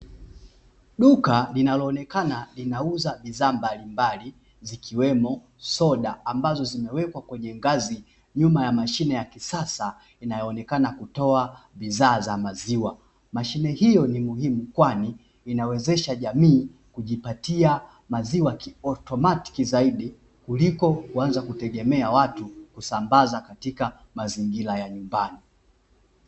Duka linaloonekana linauza bidhaa mbalimbali, zikiwemo soda ambazo zimewekwa kwenye ngazi nyuma ya mashine ya kisasa inayoonekana kutoa bidhaa za maziwa. Mashine hiyo ni muhimu kwani inawezesha jamii kujipatia maziwa kiautomatiki zaidi kuliko kuanza kutegemea watu kusambaza katika mazingira ya nyumbani.